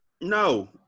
No